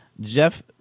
Jeff